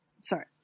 Sorry